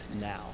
now